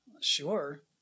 sure